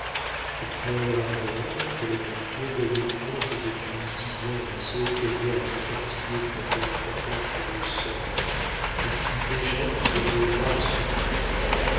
il prit un air agréable que le banquier voyait prendre depuis dix ans à ceux qui avaient à l'entortiller d'une affaire importante pour eux seuls et qui déjà lui donnait barre sur eux